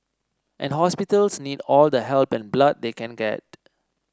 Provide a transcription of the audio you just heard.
and hospitals need all the help and blood they can get